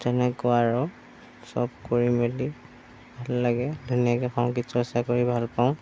তেনেকুৱা আৰু সব কৰি মেলি ভাল লাগে ধুনীয়াকৈ সংগীত চৰ্চা কৰি ভাল পাওঁ